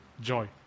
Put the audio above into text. joy